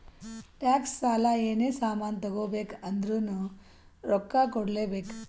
tax, ಸಾಲ, ಏನೇ ಸಾಮಾನ್ ತಗೋಬೇಕ ಅಂದುರ್ನು ರೊಕ್ಕಾ ಕೂಡ್ಲೇ ಬೇಕ್